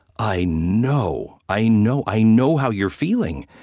i know, i know, i know how you're feeling,